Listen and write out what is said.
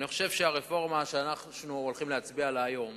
אני חושב שהדבר המרכזי ברפורמה שאנחנו הולכים להצביע עליה היום